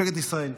מפלגת ישראל,